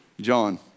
John